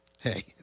hey